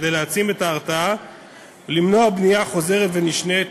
כדי להעצים את ההרתעה ולמנוע בנייה חוזרת ונשנית.